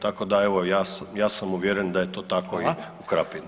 Tako da evo ja, ja sam uvjeren da je to tako [[Upadica: Hvala]] i u Krapini.